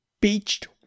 beached